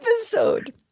episode